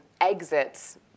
exits